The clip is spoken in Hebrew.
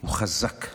הוא חזק,